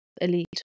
elite